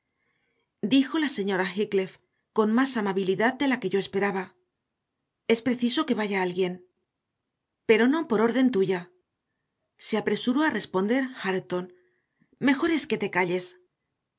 dijo la señora heathcliff con más amabilidad de la que yo esperaba es preciso que vaya alguien pero no por orden tuya se apresuró a responder hareton mejor es que te calles